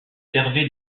servait